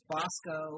Bosco